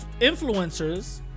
influencers